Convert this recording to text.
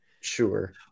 Sure